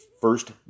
first